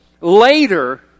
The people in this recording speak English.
later